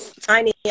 Tiny